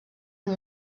amb